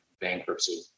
bankruptcy